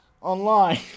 online